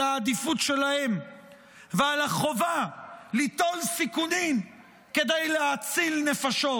העדיפות שלהם ועל החובה ליטול סיכונים כדי להציל נפשות.